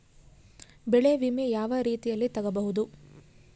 ಬೆಳೆ ವಿಮೆ ಯಾವ ರೇತಿಯಲ್ಲಿ ತಗಬಹುದು?